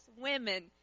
women